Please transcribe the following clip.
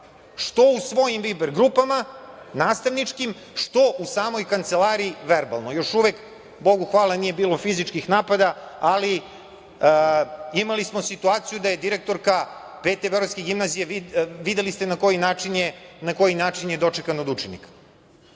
što u svojim Viber grupama, nastavničkim, što u samoj kancelariji, verbalno. Još uvek, bogu hvala, nije bilo fizičkih napada, ali imali smo situaciju da je direktorka Pete beogradske gimnazije, videli ste na koji način je dočekana od učenika.